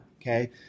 okay